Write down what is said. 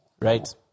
right